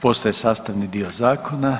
Postaje sastavni dio zakona.